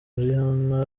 rihanna